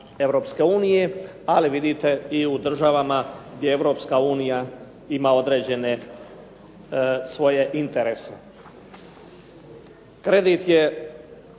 Europske unije, ali vidite i u državama gdje Europska unija ima određene svoje interese. Kredit je